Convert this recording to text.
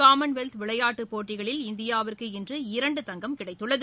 Commonwealth விளையாட்டுப் போட்டிகளில் இந்தியாவிற்கு இன்று இரண்டு தங்கம் கிடைத்துள்ளது